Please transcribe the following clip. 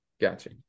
Gotcha